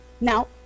Now